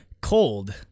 Cold